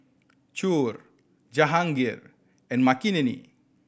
Choor Jahangir and Makineni